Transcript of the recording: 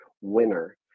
winner